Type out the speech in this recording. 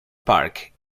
park